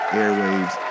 airwaves